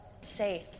safe